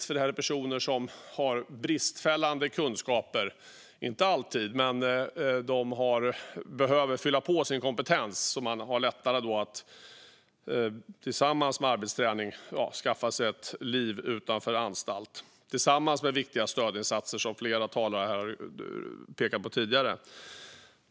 Detta är nämligen personer som ofta har bristfälliga kunskaper - inte alltid, men de behöver fylla på sin kompetens så att de i kombination med arbetsträning får lättare att skaffa sig ett liv utanför anstalt. Det sker även i kombination med viktiga stödinsatser, som flera tidigare talare har pekat på.